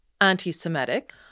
anti-Semitic